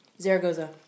Zaragoza